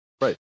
Right